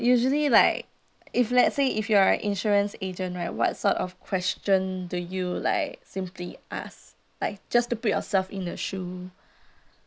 usually like if let's say if you are an insurance agent right what sort of question do you like simply ask like just to put yourself in the shoe